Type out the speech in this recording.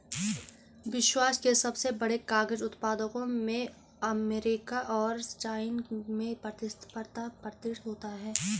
विश्व के सबसे बड़े कागज उत्पादकों में अमेरिका और चाइना में प्रतिस्पर्धा प्रतीत होता है